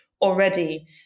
already